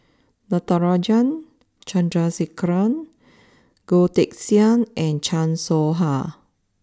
Natarajan Chandrasekaran Goh Teck Sian and Chan Soh Ha